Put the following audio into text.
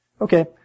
Okay